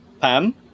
Pam